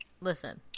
Listen